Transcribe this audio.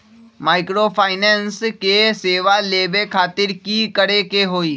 Microfinance के सेवा लेबे खातीर की करे के होई?